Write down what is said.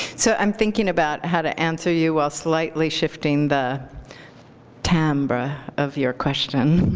so i'm thinking about how to answer you while slightly shifting the timbre of your question,